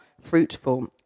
fruitful